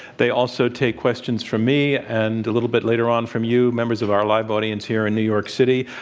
they also take questions from me, and a little bit later on, from you, members of our live audience here in new york city.